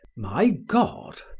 my god,